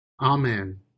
Amen